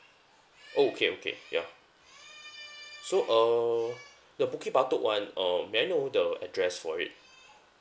okay okay yeah so uh the bukit batok one uh may I know the address for it